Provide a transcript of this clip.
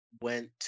Went